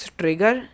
trigger